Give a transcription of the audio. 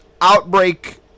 outbreak